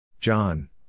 John